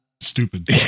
Stupid